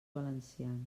valencians